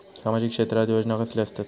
सामाजिक क्षेत्रात योजना कसले असतत?